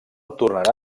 tornarà